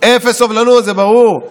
אפס סובלנות, זה ברור.